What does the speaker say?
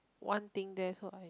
one thing there so I